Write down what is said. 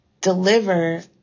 deliver